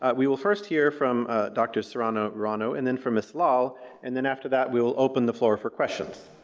ah we will first hear from ah dr. serrano ruano and then from miss lahl and then after that we will open the floor for questions.